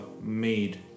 made